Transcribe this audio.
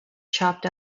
chopped